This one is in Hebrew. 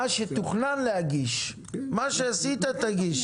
מה שתוכנן אז להגיש, מה שעשית תגיש.